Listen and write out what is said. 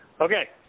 Okay